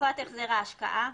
תקופת החזר ההשקעה,